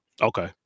okay